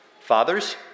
Fathers